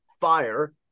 fire